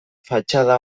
fatxada